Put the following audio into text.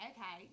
Okay